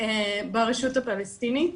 ברשות הפלסטינית.